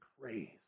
praise